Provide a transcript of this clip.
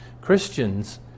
Christians